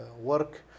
work